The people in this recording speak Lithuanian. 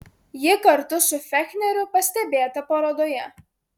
ji kartu su fechneriu pastebėta parodoje